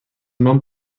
nom